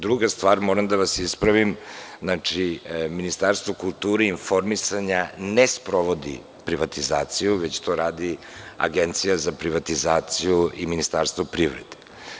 Druga stvar, moram da vas ispravim, znači, Ministarstvo kulture i informisanja ne sprovodi privatizaciju već to radi Agencija za privatizaciju i Ministarstvo privrede.